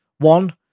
One